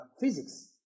physics